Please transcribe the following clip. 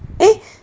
eh